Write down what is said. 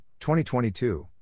2022